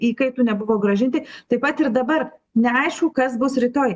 įkaitų nebuvo grąžinti taip pat ir dabar neaišku kas bus rytoj